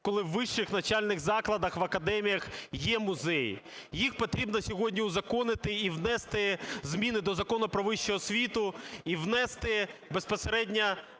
коли у вищих навчальних закладах, в академіях є музеї. Їх потрібно сьогодні узаконити і внести зміни до Закону "Про вищу освіту", і внести безпосередньо,